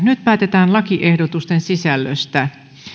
nyt päätetään lakiehdotusten sisällöstä